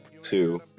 Two